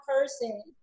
person